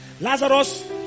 Lazarus